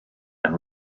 and